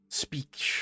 Speak